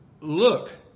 look